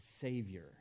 Savior